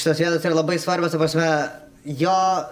šitos vietos yra labai svarbios ta prasme jo